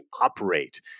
operate